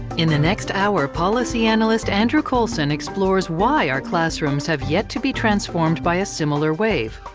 in the next hour policy analyst andrew coulson explores why our classrooms have yet to be transformed by a similar wave,